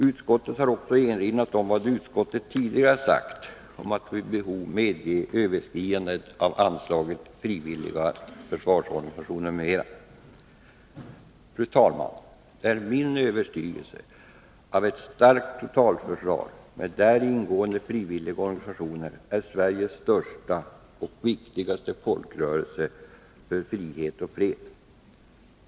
Utskottet har också erinrat om vad det tidigare sagt om att man vid Det är min övertygelse, fru talman, att ett starkt totalförsvar med däri ingående frivilliga organisationer är Sveriges största och viktigaste folkrörelse för frihet och fred.